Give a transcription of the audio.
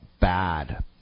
bad